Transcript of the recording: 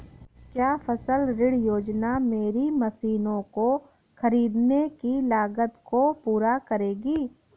क्या फसल ऋण योजना मेरी मशीनों को ख़रीदने की लागत को पूरा करेगी?